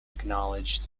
acknowledged